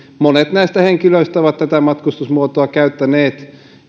monet näistä henkilöistä ovat tätä matkustusmuotoa käyttäneet